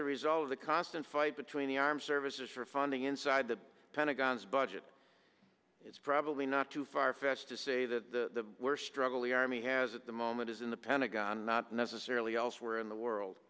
a result of the constant fight between the armed services for funding inside the pentagon's budget it's probably not too far fetched to say the we're struggling army has at the moment is in the pentagon not necessarily elsewhere in the world